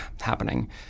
happening